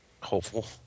Hopeful